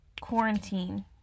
quarantine